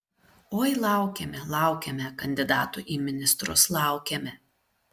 oi laukėme laukėme kandidatų į ministrus laukėme